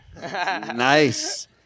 Nice